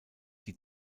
die